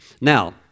Now